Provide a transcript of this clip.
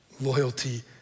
Loyalty